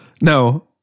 No